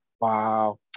Wow